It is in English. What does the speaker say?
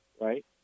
Right